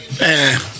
Man